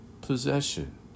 possession